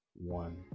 One